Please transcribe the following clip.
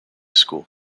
school